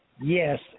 Yes